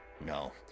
no